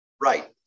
right